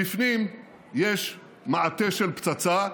בפנים יש מעטה של פצצה,